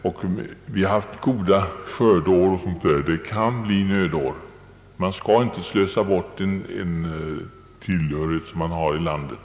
Vi har haft goda skördeår, men det kan bli nödår, och vi bör inte slösa bort en tillgång som finns i landet.